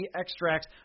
extracts